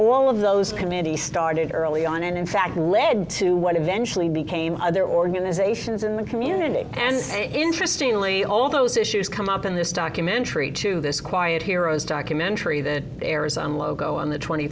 all of those committees started early on and in fact led to what eventually became other organizations in the community and interesting only all those issues come up in this documentary to this quiet heroes documentary that airs on logo on the twenty